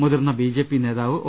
മുതിർന്ന B J P നേതാവ് O